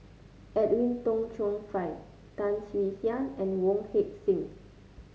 Edwin Tong Chun Fai Tan Swie Hian and Wong Heck Sing